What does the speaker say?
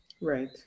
Right